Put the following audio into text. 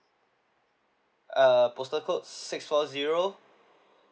uh postal code six four zero